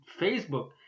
Facebook